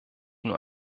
nur